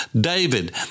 David